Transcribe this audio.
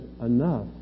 Enough